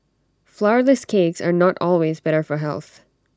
Flourless Cakes are not always better for health